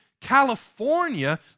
California